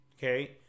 Okay